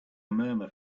murmur